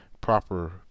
proper